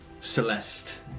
Celeste